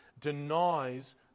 denies